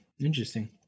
Interesting